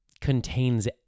contains